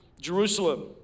Jerusalem